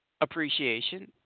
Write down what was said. appreciation